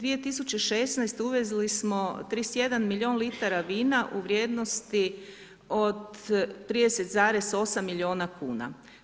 2016. uvezli smo 31 milijun litara vina u vrijednosti od 30,8 milijuna kuna.